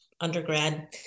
undergrad